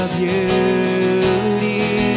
beauty